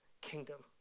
kingdom